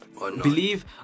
believe